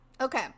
okay